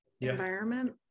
environment